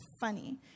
funny